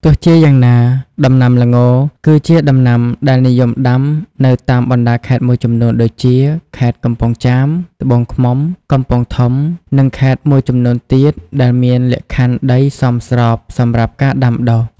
ទោះជាយ៉ាងណា ដំណាំល្ង គឺជាដំណាំដែលនិយមដាំនៅតាមបណ្ដាខេត្តមួយចំនួនដូចជា ខេត្តកំពង់ចាម ត្បូងឃ្មុំ កំពង់ធំ និងខេត្តមួយចំនួនទៀតដែលមានលក្ខខណ្ឌដីសមស្របសម្រាប់ការដាំដុះ។